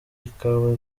ikawa